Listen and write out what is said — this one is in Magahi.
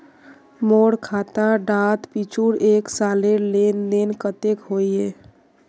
मोर खाता डात पिछुर एक सालेर लेन देन कतेक होइए?